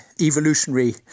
evolutionary